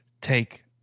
take